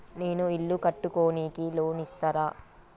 నేను ఇల్లు కట్టుకోనికి లోన్ ఇస్తరా?